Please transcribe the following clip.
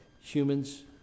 humans